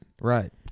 Right